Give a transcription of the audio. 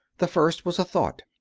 the first was a thought.